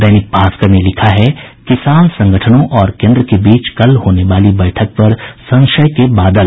दैनिक भास्कर ने लिखा है किसान संगठनों और केन्द्र के बीच कल होने वाली बैठक पर संशय के बादल